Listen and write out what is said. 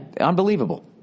unbelievable